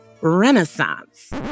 Renaissance